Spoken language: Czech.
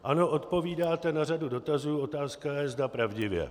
Ano, odpovídáte na řadu dotazů, otázka je, zda pravdivě.